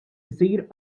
isir